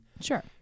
Sure